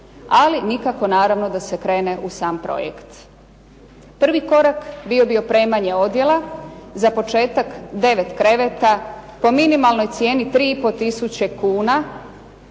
Ali nikako naravno da se krene u sam projekt. Prvi korak bio bi opremanje odjela, za početak 9 kreveta po minimalnoj cijeni 3 i pol tisuće kuna.